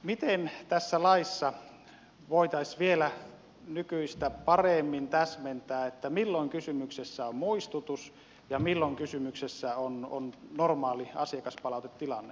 miten tässä laissa voitaisiin vielä nykyistä paremmin täsmentää milloin kysymyksessä on muistutus ja milloin kysymyksessä on normaali asiakaspalautetilanne